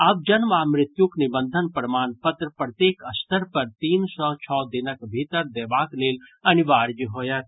आब जन्म आ मृत्युक निबंधन प्रमाण पत्र प्रत्येक स्तर पर तीन सॅ छओ दिनक भीतर देबाक लेल अनिवार्य होयत